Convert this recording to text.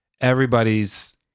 everybody's